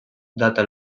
data